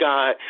God